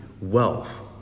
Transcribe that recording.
wealth